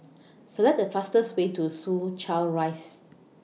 Select The fastest Way to Soo Chow Rise